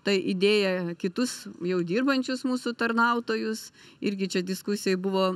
ta idėja kitus jau dirbančius mūsų tarnautojus irgi čia diskusijoj buvo